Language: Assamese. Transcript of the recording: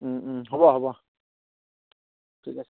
হ'ব হ'ব ঠিক আছে